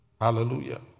Hallelujah